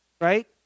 Right